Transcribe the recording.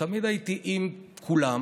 תמיד הייתי עם כולם.